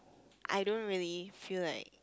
I don't really feel like